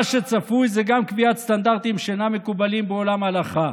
מה שצפוי זה גם קביעת סטנדרטים שאינם מקובלים בעולם ההלכה,